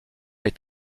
est